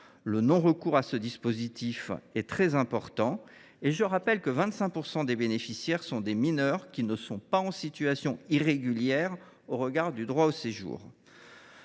Le non recours à ce dispositif est en effet très important, alors même que 25 % des bénéficiaires sont des mineurs qui ne sont pas en situation irrégulière au regard du droit au séjour.